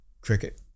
Cricket